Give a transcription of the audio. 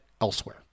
elsewhere